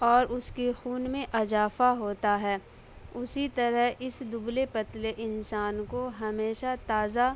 اور اس کے خون میں اضافہ ہوتا ہے اسی طرح اس دبلے پتلے انسان کو ہمیشہ تازہ